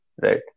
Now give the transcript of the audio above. right